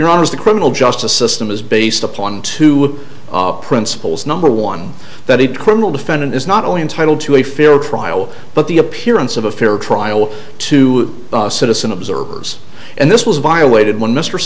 is the criminal justice system is based upon two principles number one that it criminal defendant is not only entitled to a fair trial but the appearance of a fair trial to a citizen observers and this was violated when mr